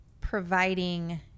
providing